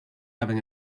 having